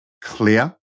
clear